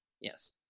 yes